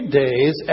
days